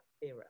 era